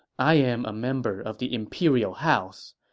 i am a member of the imperial house,